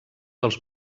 els